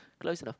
close enough